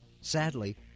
Sadly